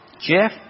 Jeff